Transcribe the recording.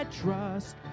trust